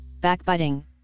backbiting